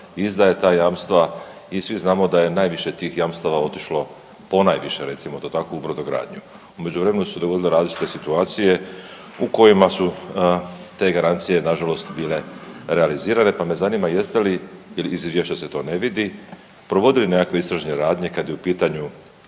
izdaje ta jamstva i svi znamo da je najviše tih jamstava otišlo, ponajviše recimo to tako u brodogradnju. U međuvremenu su se dogodile različite situacije u kojima su te garancije nažalost bile realizirane, pa me zanima jeste li, iz izvješća se to ne vidi, provodili nekakve istražne radnje kad je u pitanju